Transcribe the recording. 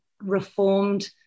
reformed